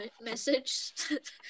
message